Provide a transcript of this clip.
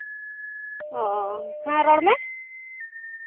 ᱚᱻ ᱦᱮᱸᱢᱟ ᱨᱚᱲ ᱢᱮ